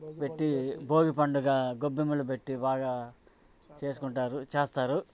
పెట్టి భోగి పండుగ గొబ్బెమ్మలు పెట్టి బాగా చేసుకుంటారు చేస్తారు